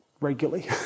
regularly